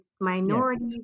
Minority